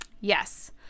yes